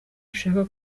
ushaka